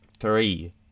three